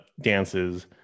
dances